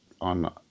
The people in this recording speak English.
on